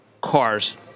cars